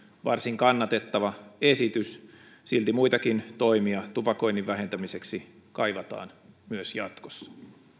varsin kannatettava esitys silti muitakin toimia tupakoinnin vähentämiseksi kaivataan myös jatkossa